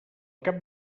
cap